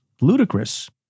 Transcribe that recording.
ludicrous